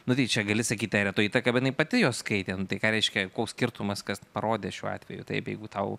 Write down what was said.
nu nyčė gali sakyti ereto įtaką bet jinai pati juos skaitė tai ką reiškia koks skirtumas kas parodė šiuo atveju taip jeigu tau